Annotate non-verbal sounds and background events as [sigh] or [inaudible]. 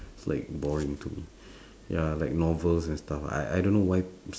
it's like boring to me [breath] ya like novels and stuff I I don't know why [noise]